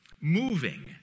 Moving